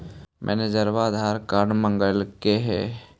मैनेजरवा आधार कार्ड मगलके हे?